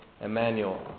Emmanuel